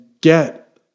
get